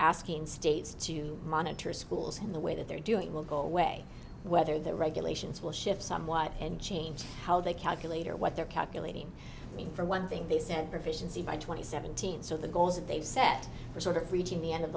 asking states to monitor schools in the way that they're doing will go away whether the regulations will shift somewhat and change how they calculate or what they're calculating i mean for one thing they said proficiency by twenty seventeen so the goals that they've set are sort of reaching the end of